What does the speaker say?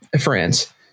friends